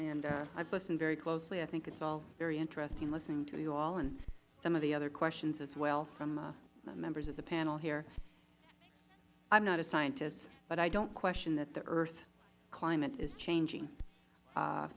have listened very closely i think it is all very interesting listening to you all and some of the other questions as well from members of the panel here i am not a scientist but i don't question that the earth climate is changing